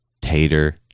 tater